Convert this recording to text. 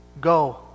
go